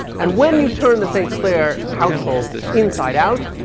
and when you turn the st. clair household inside out,